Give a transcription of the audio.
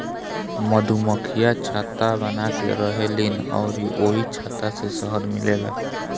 मधुमक्खियाँ छत्ता बनाके रहेलीन अउरी ओही छत्ता से शहद मिलेला